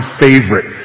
favorite